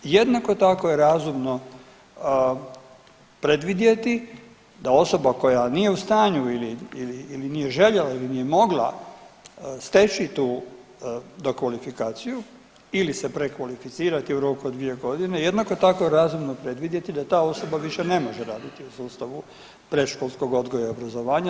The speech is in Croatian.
Jednako tako je razumno predvidjeti da osoba koja nije u stanju ili nije željela ili nije mogla steći tu dokvalifikaciju ili se prekvalificirati u roku od 2 godine, jednako tako je razumno predvidjeti da ta osoba više ne može raditi u sustavu predškolskog odgoja i obrazovanja.